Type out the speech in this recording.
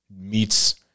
meets